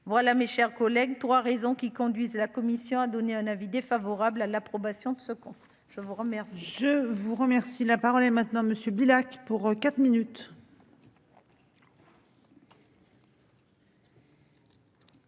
voilà, mes chers collègues, 3 raisons qui conduisent la Commission a donné un avis défavorable à l'approbation de ce compte. Je vous remercie,